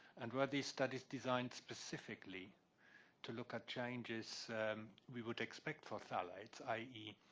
and were these studies designed specifically to look at changes we would expect for phthalates, i e.